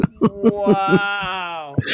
Wow